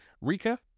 Rika